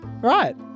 Right